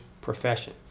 profession